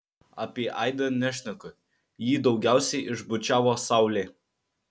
apie aidą nešneku jį daugiausiai išbučiavo saulė